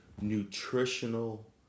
nutritional